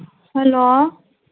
hello